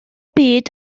byd